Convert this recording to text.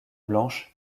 blanches